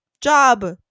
job